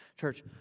Church